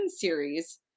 series